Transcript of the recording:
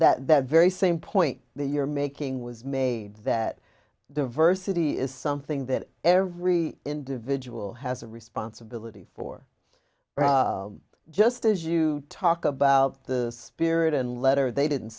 that very same point that you're making was made that diversity is something that every individual has a responsibility for just as you talk about the spirit and letter they didn't